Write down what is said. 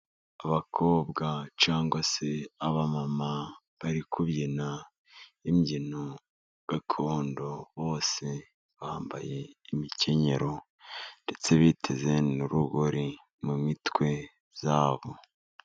Abakobwa cyangwa se abagore, bari kubyina imbyino gakondo, bose bambaye imikenyero, ndetse biteze n'urugori mu mitwe yabo.